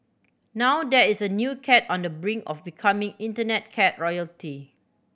now there is a new cat on the brink of becoming Internet cat royalty